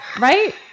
Right